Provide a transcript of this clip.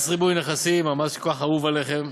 מס ריבוי נכסים, המס שכל כך אהוב עליכם,